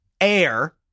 air